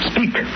Speak